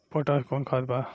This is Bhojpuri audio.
पोटाश कोउन खाद बा?